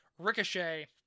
ricochet